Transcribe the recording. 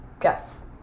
Guess